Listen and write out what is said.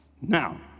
now